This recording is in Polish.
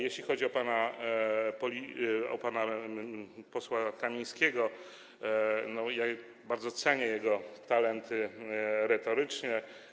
Jeśli chodzi o pana posła Kamińskiego, to ja bardzo cenię jego talent retoryczny.